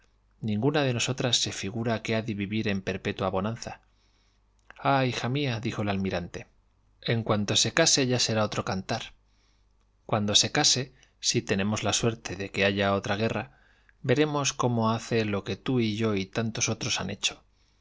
ninguna de nosotras se figura que ha de vivir en perpetua bonanza afa hija mía dijo el almirante en persuasion cuanto se case ya será otro cantar cuando se case si tenemos la suerte de que haya otra guerra veremos cómo hace lo que tú y yo y tantos otros han hecho